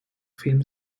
film